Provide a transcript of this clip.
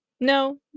No